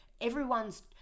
everyone's